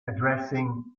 addressing